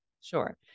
Sure